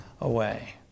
away